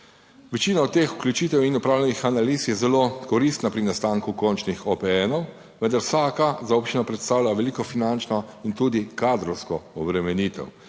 Večina teh vključitev in opravljenih analiz je zelo koristnih pri nastanku končnih OPN, vendar vsaka za občino predstavlja veliko finančno in tudi kadrovsko obremenitev.